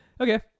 Okay